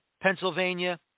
Pennsylvania